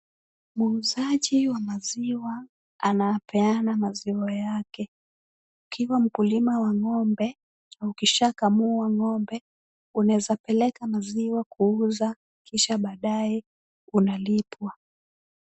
Muuzaji wa maziwa anapeana maziwa yake. Ukiwa mkulima wa ng'ombe, ukishakamua ng'ombe, unaeza peleka maziwa kuuza kisha baadae unalipwa.